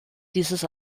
dieses